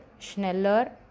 Schneller